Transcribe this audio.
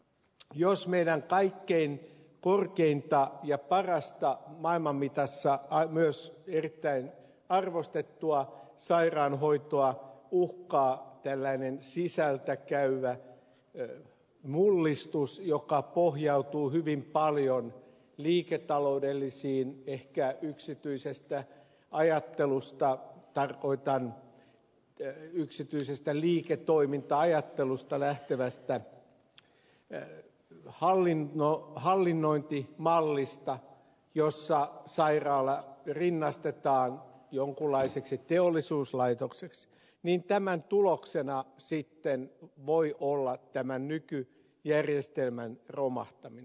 jos meidän kaikkein korkeinta ja parasta maailmanmitassa myös erittäin arvostettua sairaanhoitoamme uhkaa tällainen sisältä käyvä mullistus joka pohjautuu hyvin paljon liiketaloudelliseen ehkä yksityisestä liiketoiminta ajattelusta lähtevään hallinnointimalliin jossa sairaala rinnastetaan jonkunlaiseksi teollisuuslaitokseksi niin tämän tuloksena voi olla nykyjärjestelmän romahtaminen